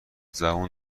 زبون